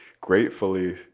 gratefully